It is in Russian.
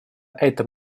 этом